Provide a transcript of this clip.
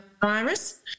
virus